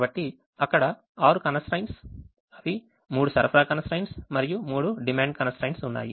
కాబట్టి అక్కడ 6 constraints అవి మూడు సరఫరా constraints మరియు మూడు డిమాండ్ constraints ఉన్నాయి